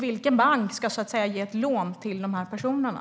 Vilken bank ska ge ett lån till de personerna?